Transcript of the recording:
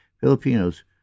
Filipinos